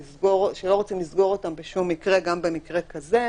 שלא רוצים לסגור אותם בשום מקרה גם במקרה כזה